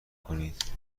کنید